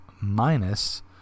minus